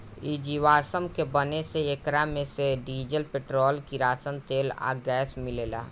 इ जीवाश्म के बने से एकरा मे से डीजल, पेट्रोल, किरासन तेल आ गैस मिलेला